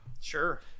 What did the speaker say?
Sure